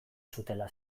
zutela